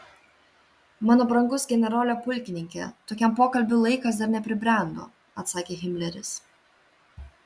mano brangus generole pulkininke tokiam pokalbiui laikas dar nepribrendo atsakė himleris